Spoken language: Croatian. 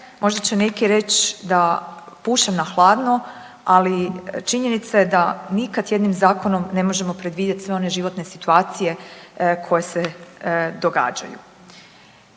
Možda će neki reći da pušem na hladno, ali činjenica je da nikad jednim zakonom ne možemo predvidjeti sve one životne situacije koje se događaju.